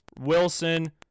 Wilson